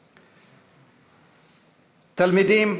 תלמידים,